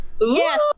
Yes